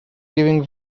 giving